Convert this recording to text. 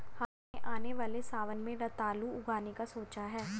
हमने आने वाले सावन में रतालू उगाने का सोचा है